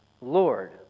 Lord